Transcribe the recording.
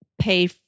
pay